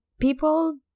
people